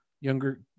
younger